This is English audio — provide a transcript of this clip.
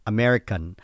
American